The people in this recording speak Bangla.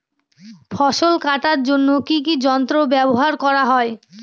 ফসল কাটার জন্য কি কি যন্ত্র ব্যাবহার করা হয়?